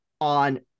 on